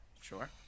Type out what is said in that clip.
Sure